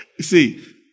See